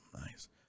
Nice